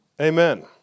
Amen